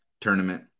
tournament